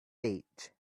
feet